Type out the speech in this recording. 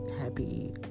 happy